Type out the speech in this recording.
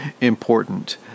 important